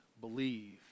believe